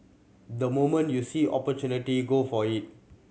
the moment you see opportunity go for it